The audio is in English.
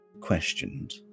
questioned